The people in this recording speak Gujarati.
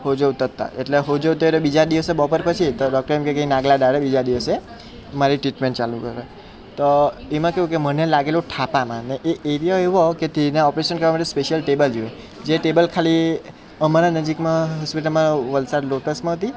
સોજો ઉતરતા એટલે સોજો ઉતર્યો બીજા દિવસે બપોર પછી તો ડૉક્ટર એમ કહે કે એના આગલા દાડે બીજા દિવસે મારી ટ્રીટમેન્ટ ચાલુ કરે તો એમાં કેવું કે મને વાગેલું થાપામાં અને એ એરિયા એવો કે તે એના ઓપરેશન કરવા માટે સ્પેશિયલ ટેબલ જોઈએ જે ટેબલ ખાલી અમારા નજીકમાં હોસ્પિટલમાં વલસાડ લોટસમાં હતી